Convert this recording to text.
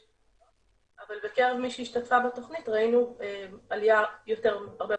אבל בקרב מי שהשתתפה בתוכנית ראינו עלייה --- הדר,